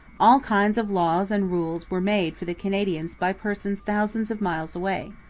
all kinds of laws and rules were made for the canadians by persons thousands of miles away.